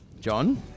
John